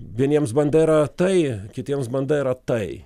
vieniems bandera tai kitiems bandera tai